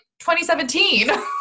2017